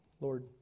Lord